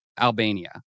Albania